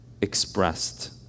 expressed